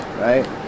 right